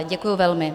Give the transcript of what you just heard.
Děkuji velmi.